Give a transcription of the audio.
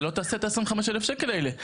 אתה לא תשים את ה-25 אלף שקל האלה.